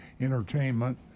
entertainment